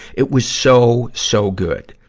it was so, so good.